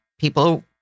people